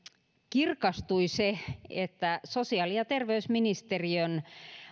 kirkastui se että sosiaali ja terveysministeriön